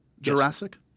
Jurassic